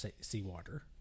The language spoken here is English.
seawater